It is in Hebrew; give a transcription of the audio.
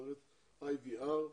מערכת IVR,